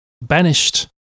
banished